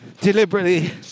deliberately